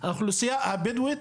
האוכלוסייה הבדואית